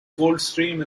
coldstream